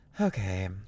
Okay